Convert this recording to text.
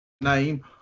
name